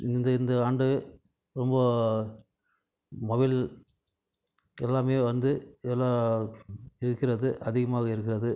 இந்த இந்த ஆண்டு ரொம்ப மொபைல் எல்லாமே வந்து இதெல்லாம் இருக்கிறது அதிகமாக இருக்கிறது